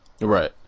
Right